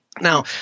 Now